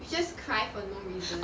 is just cry for no reason